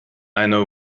eine